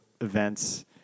events